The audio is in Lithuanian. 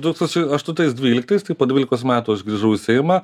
du tūsčiai aštuntais dvyliktais tai po dvylikos metų aš grįžau į seimą